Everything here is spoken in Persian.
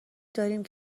داریم